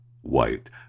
white